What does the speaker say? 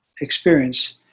experience